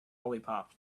lollipop